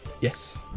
Yes